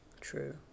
True